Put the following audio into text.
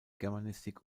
germanistik